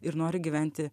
ir nori gyventi